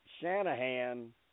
Shanahan